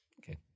okay